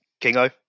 Kingo